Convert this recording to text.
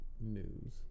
news